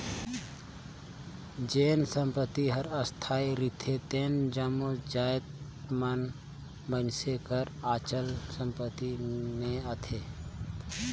जेन संपत्ति हर अस्थाई रिथे तेन जम्मो जाएत मन मइनसे कर अचल संपत्ति में आथें